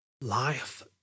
Life